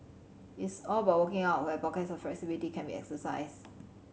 it's all about working out where pockets of flexibility can be exercised